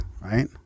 right